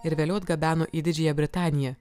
ir vėliau atgabeno į didžiąją britaniją